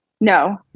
No